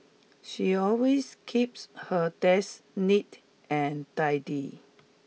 she always keeps her desk neat and tidy